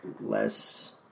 less